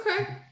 okay